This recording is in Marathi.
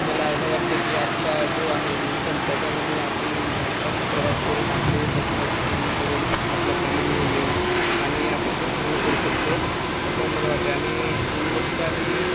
मला असं वाटते की आपला जो आहे इन्कम त्याच्यामधून आपण भारतात प्रवास करून आपले स्वप्न पूर्ण करून आपल्या फॅमिलीला नेऊन आणि आपण ते पूर्ण करू शकतो असं मला वाटते आणि गुणवत्ता ही